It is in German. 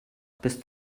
bis